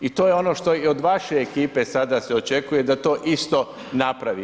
I to je ono što i od vaše ekipe sada se očekuje da to isto napravi.